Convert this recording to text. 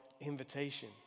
invitation